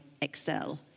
excel